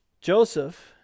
Joseph